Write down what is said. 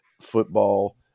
football